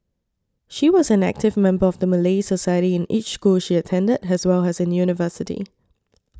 she was an active member of the Malay Society in each school she attended as well as in university